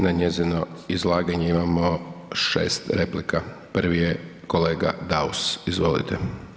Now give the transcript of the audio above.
Na njezino izlaganje imamo 6 replika, prvi je kolega Daus, izvolite.